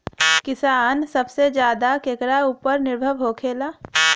किसान सबसे ज्यादा केकरा ऊपर निर्भर होखेला?